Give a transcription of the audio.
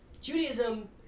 Judaism